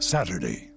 Saturday